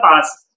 past